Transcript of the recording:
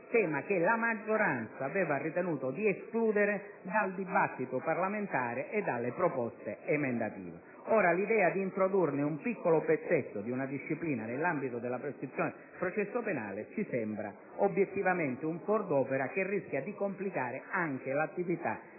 tema che la maggioranza aveva ritenuto di escludere dal dibattito parlamentare e dalle proposte emendative. Ora, introdurre un piccolo pezzetto di una disciplina nell'ambito della prescrizione del processo penale ci pare obiettivamente un fuor d'opera che rischia di complicare anche l'attività